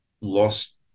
lost